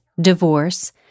divorce